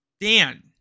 Dan